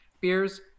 beers